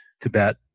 Tibet